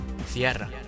Cierra